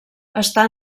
està